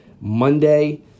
Monday